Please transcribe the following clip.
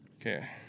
Okay